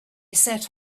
set